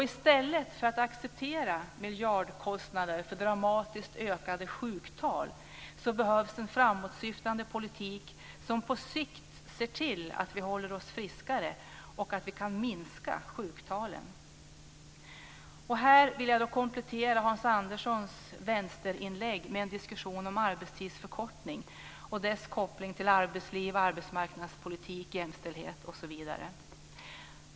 I stället för att acceptera miljardkostnader för dramatiskt ökade sjuktal behövs det en framåtsyftande politik som på sikt ser till att vi håller oss friskare och att sjuktalen kan minskas. Här vill jag komplettera Hans Anderssons vänsterinlägg med en diskussion om arbetstidsförkortningen och dess koppling till arbetsliv, arbetsmarknadspolitik, jämställdhet osv.